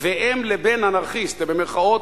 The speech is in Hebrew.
ואם לבן 'אנרכיסט'" זה במירכאות,